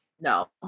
No